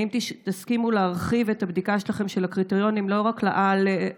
האם תסכימו להרחיב את הבדיקה שלכם של הקריטריונים לא רק לעל-תיכוניים,